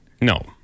No